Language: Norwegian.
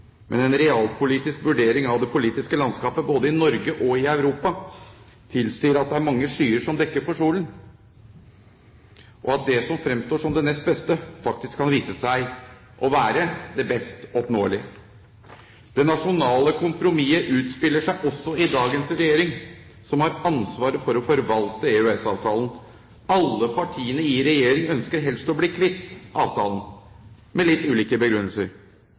Men en realpolitisk vurdering av det politiske landskapet både i Norge og i Europa tilsier at det er mange skyer som dekker for solen, og at det som fremstår som det nest beste, faktisk kan vise seg å være det best oppnåelige. Det nasjonale kompromisset utspiller seg også i dagens regjering, som har ansvaret for å forvalte EØS-avtalen. Alle partiene i regjering ønsker helst å bli kvitt avtalen – med litt ulike begrunnelser.